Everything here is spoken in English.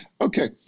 okay